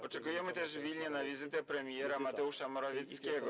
Oczekujemy też w Wilnie na wizytę premiera Mateusza Morawieckiego.